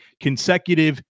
consecutive